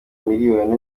miliyoni